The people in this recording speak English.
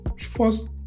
First